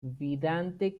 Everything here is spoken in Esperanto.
vidante